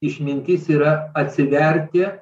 išmintis yra atsiverti